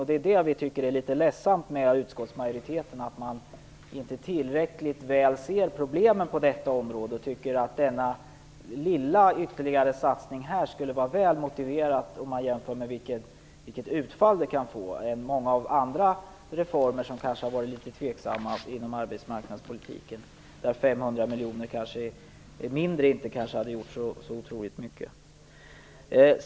Vi tycker att det är litet ledsamt att utskottsmajoriteten inte tillräckligt väl ser problemen på detta område. Nämnda lilla ytterligare satsning skulle vara väl motiverad jämfört med utfallet. Många andra reformer däremot har kanske varit litet tveksamma inom arbetsmarknadspolitiken, där 500 miljoner kronor mindre kanske inte hade gjort så otroligt mycket.